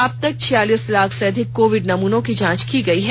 अबतक छियालास लाख से अधिक कोविड नमूनों की जांच की गई है